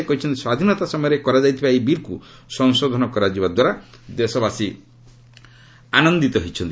ସେ କହିଛନ୍ତି ସ୍ୱାଧୀନତା ସମୟରେ କରାଯାଇଥିବା ଏହି ବିଲ୍କୁ ସଂଶୋଧନ କରାଯିବା ଦ୍ୱାରା ଦେଶବାସୀ ଆନନ୍ଦିତ ହୋଇଛନ୍ତି